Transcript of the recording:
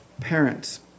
parents